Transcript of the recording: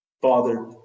Father